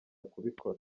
kubikora